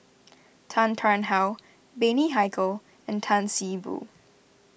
Tan Tarn How Bani Haykal and Tan See Boo